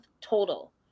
total